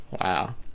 Wow